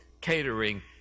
catering